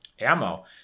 ammo